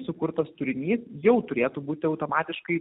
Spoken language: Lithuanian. sukurtas turinys jau turėtų būti automatiškai